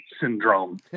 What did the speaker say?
syndrome